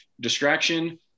distraction